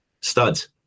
studs